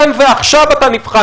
לא רק כאן ועכשיו אתה נבחן.